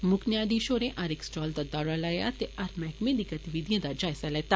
मुक्ख न्यायधीष होरें हर इक स्टाल दा दौरा लाया ते हर मैहकमें दी गतिविघिएं दा जायज़ा लैता